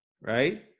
right